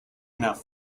enough